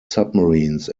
submarines